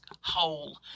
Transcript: hole